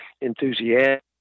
enthusiastic